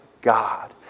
God